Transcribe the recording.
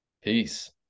Peace